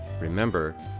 Remember